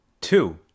two